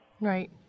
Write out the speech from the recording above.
Right